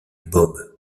bob